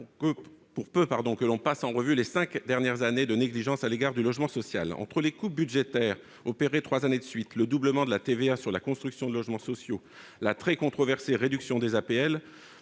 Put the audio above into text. pour peu que l'on passe en revue les cinq années de négligence à l'égard du logement social. Je pense aux coupes budgétaires opérées trois années de suite, au doublement de la TVA sur la construction de logements sociaux, à la très controversée réduction des APL